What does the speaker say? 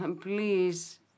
please